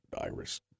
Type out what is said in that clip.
Iris